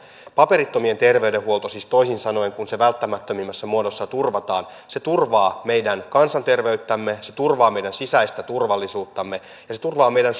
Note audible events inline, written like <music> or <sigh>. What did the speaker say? paperittomien terveydenhuolto siis toisin sanoen kun se välttämättömimmässä muodossa turvataan turvaa meidän kansanterveyttämme se turvaa meidän sisäistä turvallisuuttamme ja se turvaa meidän <unintelligible>